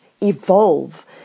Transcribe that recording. evolve